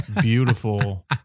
beautiful